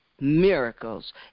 miracles